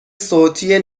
صوتی